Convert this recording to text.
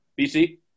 BC